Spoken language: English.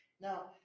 Now